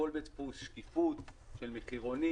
לכל בית דפוס, שקיפות של מחירונים,